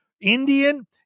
Indian